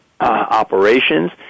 operations